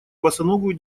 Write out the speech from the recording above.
босоногую